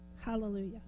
Hallelujah